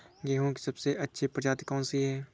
गेहूँ की सबसे अच्छी प्रजाति कौन सी है?